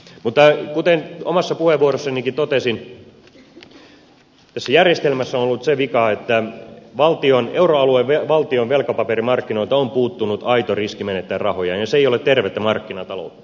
kuten omassa puheenvuorossanikin totesin tässä järjestelmässä on ollut se vika että euroalueen valtioiden velkapaperimarkkinoilta on puuttunut aito riski menettää rahojaan ja se ei ole tervettä markkinataloutta